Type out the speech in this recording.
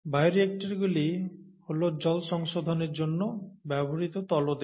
বায়োরিয়্যাক্টরগুলি হল জল সংশোধনের জন্য ব্যবহৃত তলদেশ